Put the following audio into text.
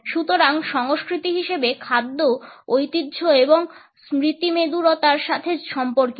সুতরাং সংস্কৃতি হিসাবে খাদ্য ঐতিহ্য এবং স্মৃতিমেদুরতার সাথে সম্পর্কিত